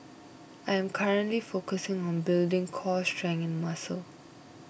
I am currently focusing on building core strength and muscle